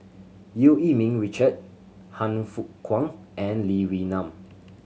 Eu Yee Ming Richard Han Fook Kwang and Lee Wee Nam